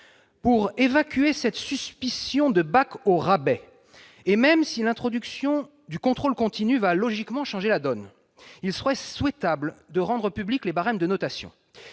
Pour évacuer cette suspicion de « bac au rabais », et même si l'introduction du contrôle continu va logiquement changer la donne, il serait souhaitable de rendre publics les barèmes de notation.